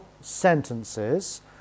sentences